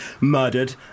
murdered